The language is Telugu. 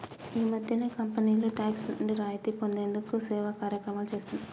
ఈ మధ్యనే కంపెనీలు టాక్స్ నుండి రాయితీ పొందేందుకు సేవా కార్యక్రమాలు చేస్తున్నాయి